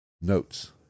notes